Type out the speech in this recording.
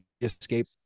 escape